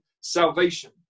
salvation